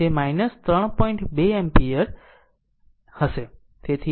તેથી ix 3